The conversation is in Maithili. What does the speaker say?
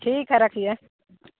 ठीक है रखिए